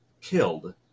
killed